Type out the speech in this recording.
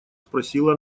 спросила